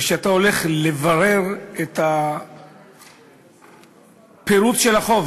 וכשאתה הולך לברר את הפירוט של החוב,